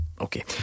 Okay